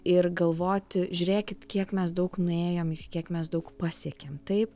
ir galvoti žiūrėkit kiek mes daug nuėjom ir kiek mes daug pasiekėm taip